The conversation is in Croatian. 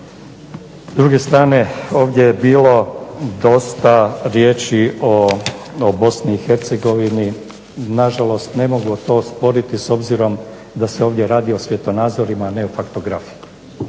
S druge strane, ovdje je bilo dosta riječi o BiH. Nažalost ne mogu to sporiti s obzirom da se ovdje radi o svjetonazorima, a ne o faktografu.